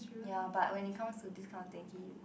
ya but when it comes to this kind of thing he